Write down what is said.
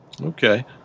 Okay